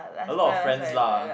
a lot of friends lah